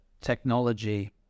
technology